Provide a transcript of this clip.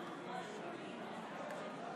פטין, פטין,